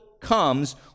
comes